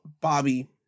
Bobby